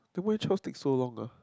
then why Charles take so long ah